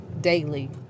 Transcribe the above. daily